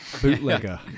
Bootlegger